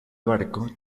barco